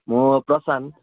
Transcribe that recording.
म प्रशान्त